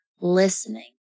listening